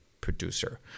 producer